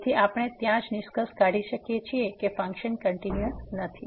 તેથી આપણે ત્યાં જ નિષ્કર્ષ કાઢી શકીએ છીએ કે ફંક્શન કંટીન્યુઅસ નથી